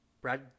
Brad